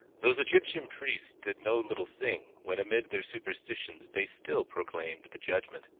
those egyptian priests did no little thing, when amid their superstitions they still proclaimed the judgment.